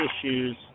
issues